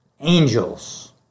Angels